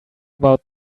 about